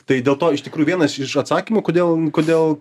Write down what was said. tai dėl to iš tikrųjų vienas iš atsakymų kodėl kodėl